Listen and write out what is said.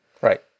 Right